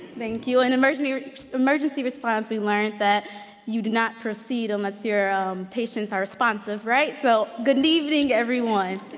thank you, in emergency-response emergency-response we learned that you do not proceed unless your um patients are responsive right, so, good evening everyone.